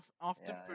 often